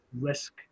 risk